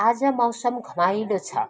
आज मौसम घमाइलो छ